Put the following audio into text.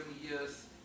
years